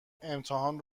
امتحان